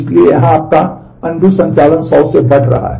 इसलिए यहां आपका अनडू संचालन 100 से बढ़ रहा है